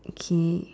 okay